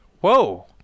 Whoa